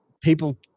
people